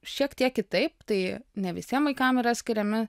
šiek tiek kitaip tai ne visiem vaikam yra skiriami